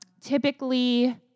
Typically